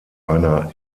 einer